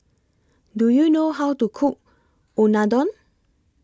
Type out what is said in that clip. Do YOU know How to Cook Unadon